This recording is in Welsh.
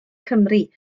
cymru